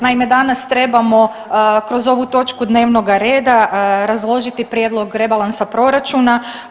Naime, danas trebamo kroz ovu točku dnevnoga reda razložiti prijedlog rebalansa proračuna.